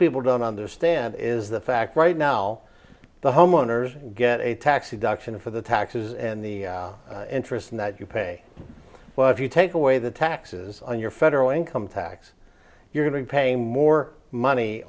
people don't understand is the fact right now the homeowners get a tax deduction for the taxes and the interest in that you pay but if you take away the taxes on your federal income tax you're going to pay more money